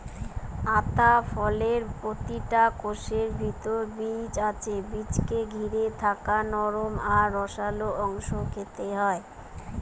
আতা ফলের প্রতিটা কোষের ভিতরে বীজ আছে বীজকে ঘিরে থাকা নরম আর রসালো অংশ খেতে হয়